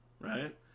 Right